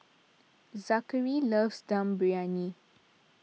Zackary loves Dum Briyani